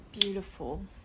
beautiful